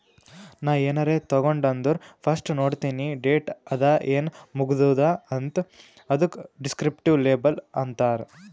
ನಾ ಏನಾರೇ ತಗೊಂಡ್ ಅಂದುರ್ ಫಸ್ಟ್ ನೋಡ್ತೀನಿ ಡೇಟ್ ಅದ ಏನ್ ಮುಗದೂದ ಅಂತ್, ಅದುಕ ದಿಸ್ಕ್ರಿಪ್ಟಿವ್ ಲೇಬಲ್ ಅಂತಾರ್